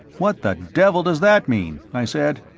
what the devil does that mean? i said.